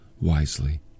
wisely